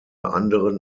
anderen